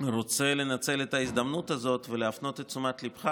רוצה לנצל את ההזדמנות הזאת ולהפנות את תשומת ליבך